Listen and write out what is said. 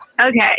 Okay